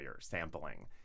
sampling